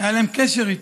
היה להם קשר איתו,